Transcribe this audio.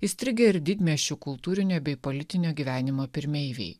įstrigę ir didmiesčių kultūrinio bei politinio gyvenimo pirmeiviai